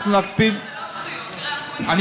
אנחנו נקפיד, השר ליצמן, זה לא שטויות.